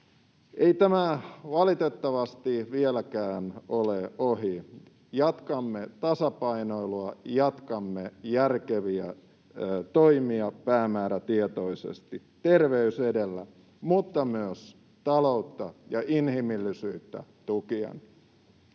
Ei tämä valitettavasti vieläkään ole ohi: jatkamme tasapainoilua, jatkamme järkeviä toimia päämäärätietoisesti terveys edellä mutta myös taloutta ja inhimillisyyttä tukien.